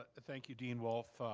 ah thank you dean wolff.